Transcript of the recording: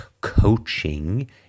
coaching